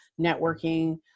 networking